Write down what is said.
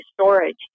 storage